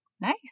nice